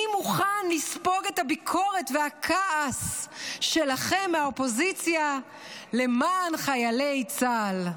אני מוכן לספוג את הביקורת והכעס שלכם מהאופוזיציה למען חיילי צה"ל.